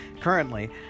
currently